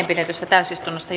pidetyssä täysistunnossa